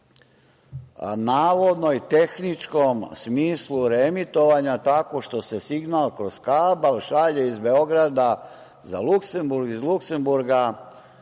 o navodnom tehničkom smislu reemitovanja tako što se signal kroz kabl šalje iz Beograda za Luksemburg, iz Luksemburga